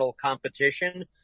competition